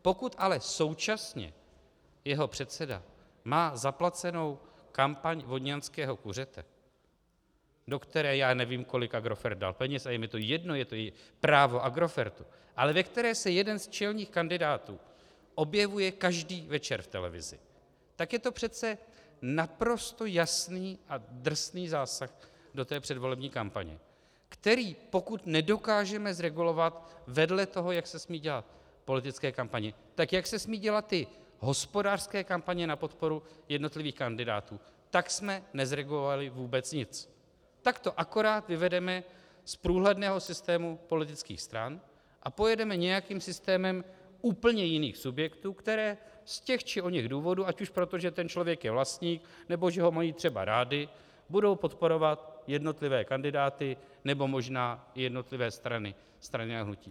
Pokud ale současně jeho předseda má zaplacenou kampaň Vodňanského kuřete, do které já nevím, kolik Agrofert peněz, a je mi to jedno, je to právo Agrofertu, ale ve které se jeden z čelných kandidátů objevuje každý večer v televizi, tak je to přece naprosto jasný a drsný zásah do předvolební kampaně, který, pokud nedokážeme zregulovat vedle toho, jak se smějí dělat politické kampaně, tak jak se smějí dělat ty hospodářské kampaně na podporu jednotlivých kandidátů, tak jsme nezregulovali vůbec nic, tak to akorát vyvedeme z průhledného systému politických stran a pojedeme nějakým systémem úplně jiných subjektů, které z těch či oněch důvodů, ať už proto, že ten člověk je vlastník, nebo že ho mají třeba rádi, budou podporovat jednotlivé kandidáty nebo možná i jednotlivé strany, strany a hnutí.